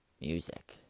music